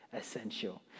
essential